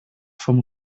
vom